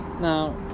now